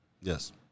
Yes